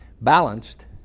balanced